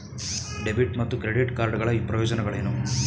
Debit ಮತ್ತು credit card ಗಳ ಪ್ರಯೋಜನಗಳೇನು?